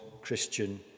Christian